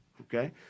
okay